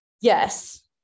Yes